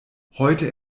heute